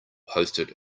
posted